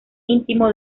íntimo